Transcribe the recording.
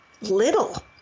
Little